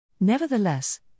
Nevertheless